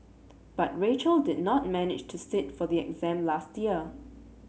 but Rachel did not manage to sit for the exam last year